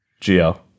GL